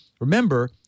remember